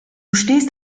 stehst